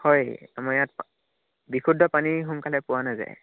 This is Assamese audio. হয় আমাৰ ইয়াত বিশুদ্ধ পানী সোনকালে পোৱা নাযায়